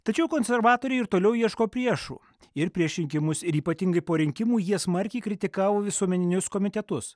tačiau konservatoriai ir toliau ieško priešų ir prieš rinkimus ir ypatingai po rinkimų jie smarkiai kritikavo visuomeninius komitetus